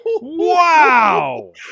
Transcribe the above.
Wow